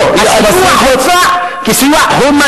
לא, הם עשו זאת, הסיוע הוצע כסיוע הומניטרי.